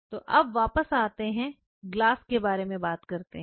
तो अब वापस आते हैं ग्लास के बारे में बात करते हैं